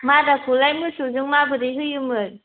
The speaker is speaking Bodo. माराखौलाय मोसौजों माबोरै होयोमोन